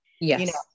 Yes